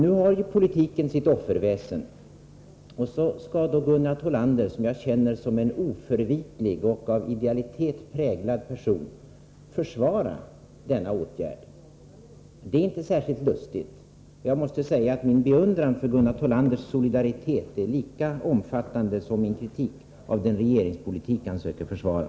Nu har ju politiken sitt offerväsen, och då skall Gunnar Thollander —- som jag känner som en oförvitlig och av idealitet präglad person — försvara denna åtgärd. Det är inte särskilt lustigt. Jag måste säga att min beundran för Gunnar Thollanders solidaritet är lika omfattande som min kritik av den regeringspolitik han söker försvara.